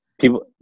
people